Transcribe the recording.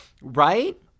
right